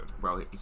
Bro